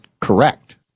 correct